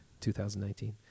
2019